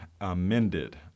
amended